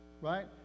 Right